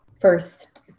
first